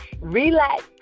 relax